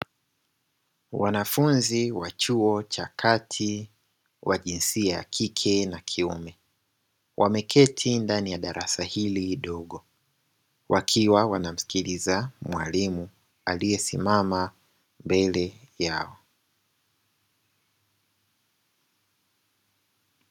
Wanafunzi wa chuo cha kati wa jinsia ya kike na kiume, wameketi ndani ya darasa hili dogo wakiwa wanamsikiliza mwalimu aliyesimama mbele yao.